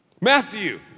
Matthew